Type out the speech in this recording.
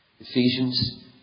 Ephesians